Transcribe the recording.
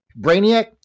Brainiac